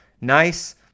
nice